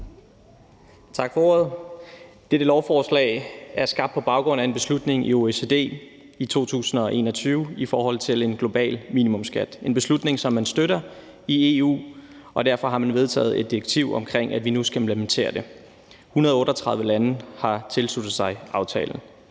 Tak for ordet. Dette lovforslag er skabt på baggrund af en beslutning i OECD i 2021 om en global minimumsskat. Det er en beslutning, som man støtter i EU, og derfor har man vedtaget et direktiv om, at vi nu skal implementere det. 138 lande har tilsluttet sig aftalen.